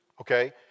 okay